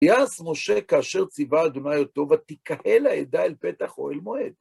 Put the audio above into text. יעש, משה, כאשר ציווה אדוני אותו, ותקהל העדה אל פתח אוהל מועד.